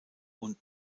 und